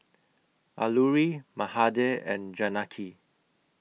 Alluri Mahade and Janaki